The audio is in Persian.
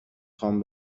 خوام